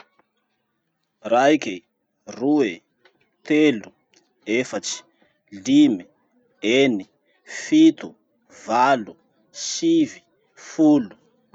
Raiky, roe, telo, efatsy, limy, eny, fito, valo, sivy, folo.